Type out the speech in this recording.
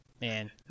Man